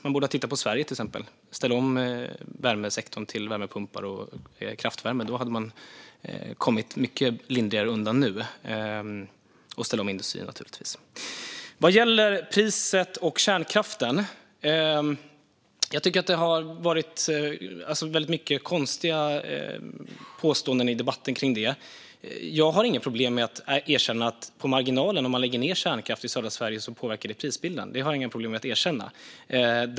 Man borde ha tittat på exempelvis Sverige och ställt om värmesektorn till värmepumpar och kraftvärme och ställt om industrin. Då hade man kommit mycket lindrigare undan nu. När det gäller priset och kärnkraften har det varit väldigt många konstiga påståenden i debatten om det. Jag har inga problem med att erkänna att det påverkar prisbilden på marginalen om man lägger ned kärnkraft i södra Sverige.